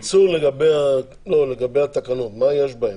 לא, לגבי התקנות, מה יש בהן?